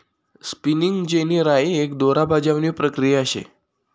spinning जेनी राय एक दोरा बजावणी प्रक्रिया शे